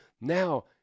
Now